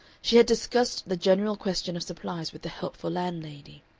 she had discussed the general question of supplies with the helpful landlady.